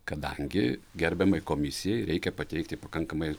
kadangi gerbiamai komisijai reikia pateikti pakankamai